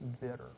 bitter